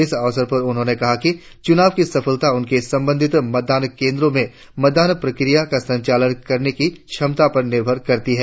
इस अवसर पर उन्होंने कहा कि चुनाव की सफलता उनके संबंधित मतदान केंद्रों में मतदान प्रक्रिया का संचालन करने की क्षमता पर निर्भर करती है